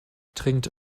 trinkt